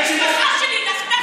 זה היום היפה שלהם.